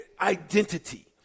identity